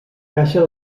caixa